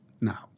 now